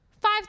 Five